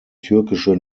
türkische